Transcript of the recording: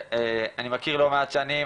שאני מכיר לא מעט שנים,